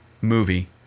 movie